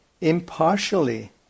impartially